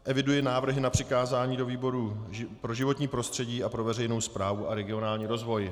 Eviduji návrhy na přikázání do výboru pro životní prostředí a pro veřejnou správu a regionální rozvoj.